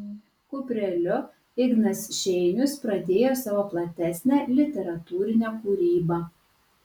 kupreliu ignas šeinius pradėjo savo platesnę literatūrinę kūrybą